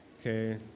Okay